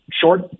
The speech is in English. short